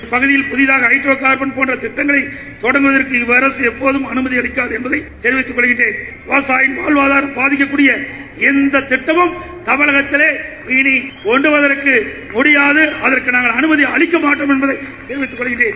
இந்த பகுதியில் புதிதாக ஹைட்ரோ கார்பன் போன்ற திட்டங்களை தொடங்குவதற்கு இவ்வரசு எப்போதும் அனுமதி அளிக்கது என்பதை தெரிவித்துக் கொள்கிறேன் விவசாயிகளின் வாழ்வாதாரம் பாதிக்க்கூடிய எந்த திட்டமும் தமிழகத்திலே கொண்டு வருவதற்கு முடியாது அதற்கு நாங்கள் அனுமதி அளிக்க மாட்டோம் என்பதை தெரிவித்துக் கொள்கிறேன்